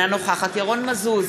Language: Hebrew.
אינה נוכחת ירון מזוז,